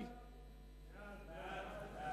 ההצעה